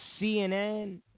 CNN